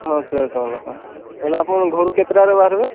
ହଁ ତେର ଟଙ୍କା ଲେଖାଁ ତାହେଲେ ଆପଣ ଘରୁ କେତେଟାରେ ବାହାରିବେ